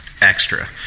extra